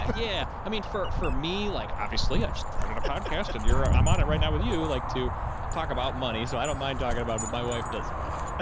i yeah i mean, for, for me, like obviously i've started a podcast and europe, i'm on it right now with you like to talk about money, so i don't mind talking about it, but my wife does not. ah